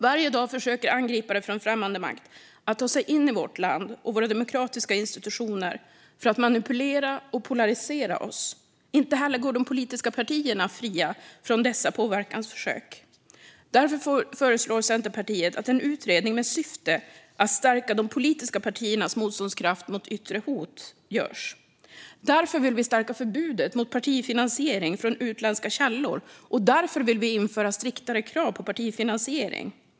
Varje dag försöker angripare från främmande makt ta sig in i vårt land och våra demokratiska institutioner för att manipulera och polarisera oss. Inte heller de politiska partierna går fria från dessa påverkansförsök. Därför föreslår Centerpartiet en utredning med syfte att stärka de politiska partiernas motståndskraft mot yttre hot. Därför vill vi stärka förbudet mot partifinansiering från utländska källor, och därför vill vi införa striktare regler för partifinansiering.